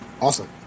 Awesome